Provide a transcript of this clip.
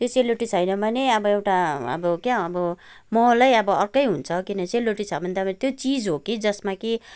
त्यो सेल रोटी छैन भने अब एउटा अब क्या अब महलै अब अर्कै हुन्छ किनभने सेल रोटी छ भने त अब त्यो चिज हो कि जसमा कि